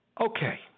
Okay